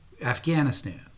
Afghanistan